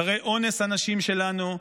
אחרי אונס הנשים שלנו,